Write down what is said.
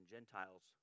Gentiles